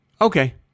Okay